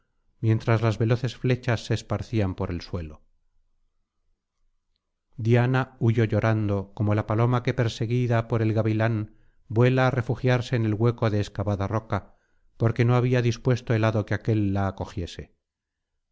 mientras las veloces flechas se esparcían por el suelo diana huyó llorando como la paloma que perseguida por el gavilán vuela á refugiarse en el hueco de excavada roca porque no había dispuesto el hado que aquél la cogiese